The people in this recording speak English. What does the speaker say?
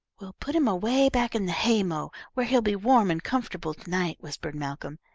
we'll put him away back in the hay-mow where he'll be warm and comfortable to-night, whispered malcolm.